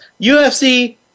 UFC